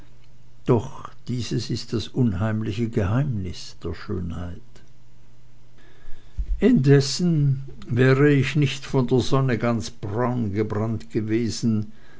doch dieses ist das unheimliche geheimnis der schönheit indessen wäre ich nicht von der sonne ganz braun gebrannt gewesen